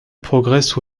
progresse